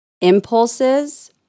impulses